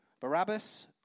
Barabbas